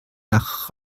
nach